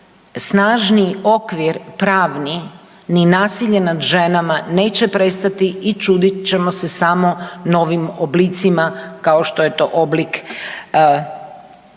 snažniji okvir pravni, ni nasilje nad ženama neće prestati i čudit ćemo se samo novim oblicima, kao što je to oblik, ne